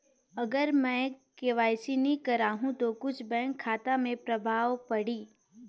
अगर मे के.वाई.सी नी कराहू तो कुछ बैंक खाता मे प्रभाव पढ़ी?